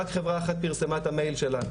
רק חברה אחת פרסמה את המייל שלה,